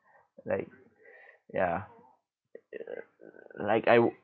like ya like I